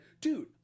dude